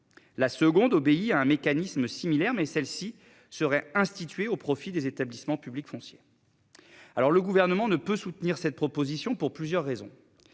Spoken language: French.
La seconde obéit à un mécanisme similaire mais celle-ci serait instituée au profit des établissements publics fonciers. Alors le gouvernement ne peut soutenir cette proposition pour plusieurs raisons.